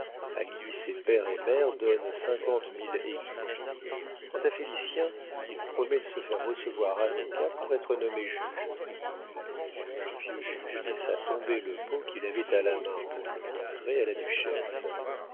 à qui ses père et mère donnent cinquante mille écus quant à félicien il promet de se faire recevoir avocat pour être nommé juge le vieux juge laissa tomber le pot qu'il avait à la main pour le montrer à la duchesse